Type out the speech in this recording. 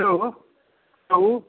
hello कहू